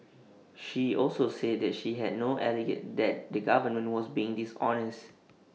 she also said that she had not alleged that the government was being dishonest